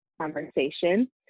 conversation